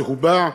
צהובה,